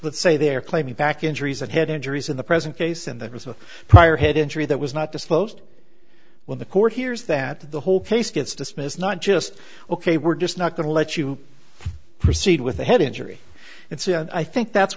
let's say they're claiming back injuries and head injuries in the present case and there was a prior head injury that was not disclosed when the court hears that the whole case gets dismissed not just ok we're just not going to let you proceed with a head injury and so yeah i think that's